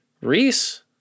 Reese